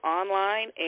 online